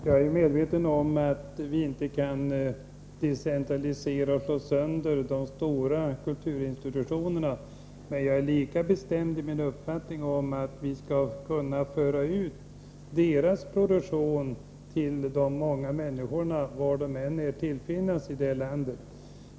Jag är medveten om att vi inte kan decentralisera och slå sönder de stora kulturinstitutionerna, men jag är lika bestämd i min uppfattning om att vi skall kunna föra ut deras produktion till de många människorna, var de än är till finnandes i landet.